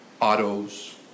autos